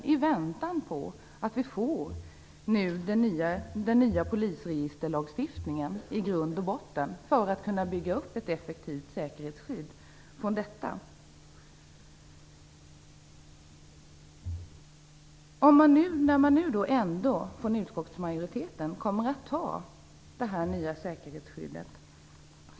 Vi vill vänta på den nya polisregisterlagstiftningen, för att man i grund och botten skall kunna bygga upp ett effektivt säkerhetsskydd från denna. Utskottsmajoriteten kommer att ställa sig bakom förslaget om det nya säkerhetsskyddet.